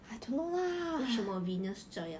为什么 venus 这样